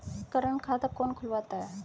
Current खाता कौन खुलवाता है?